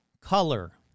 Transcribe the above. color